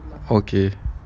okay